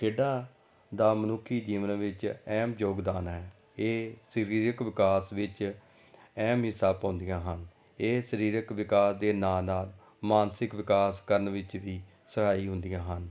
ਖੇਡਾਂ ਦਾ ਮਨੁੱਖੀ ਜੀਵਨ ਵਿੱਚ ਅਹਿਮ ਯੋਗਦਾਨ ਹੈ ਇਹ ਸਰੀਰਕ ਵਿਕਾਸ ਵਿੱਚ ਅਹਿਮ ਹਿੱਸਾ ਪਾਉਂਦੀਆਂ ਹਨ ਇਹ ਸਰੀਰਕ ਵਿਕਾਸ ਦੇ ਨਾਲ ਨਾਲ ਮਾਨਸਿਕ ਵਿਕਾਸ ਕਰਨ ਵਿੱਚ ਵੀ ਸਹਾਈ ਹੁੰਦੀਆਂ ਹਨ